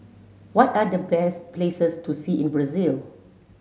what are the best places to see in Brazil